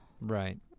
Right